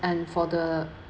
and for the